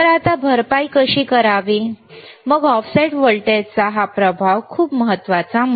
आता भरपाई कशी करावी मग ऑफसेट व्होल्टेजचा हा प्रभाव खूप महत्वाचा मुद्दा